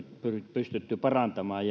pystytty parantamaan